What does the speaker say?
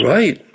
Right